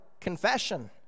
confession